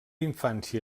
infància